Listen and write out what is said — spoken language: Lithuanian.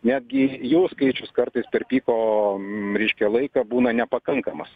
netgi jų skaičius kartais per piko reiškia laiką būna nepakankamas